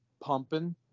pumping